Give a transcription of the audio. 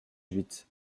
huit